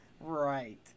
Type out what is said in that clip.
right